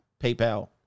PayPal